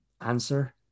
answer